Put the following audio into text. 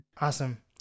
Awesome